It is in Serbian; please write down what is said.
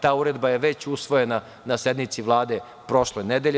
Ta uredba je već usvojena na sednici Vlade prošle nedelje.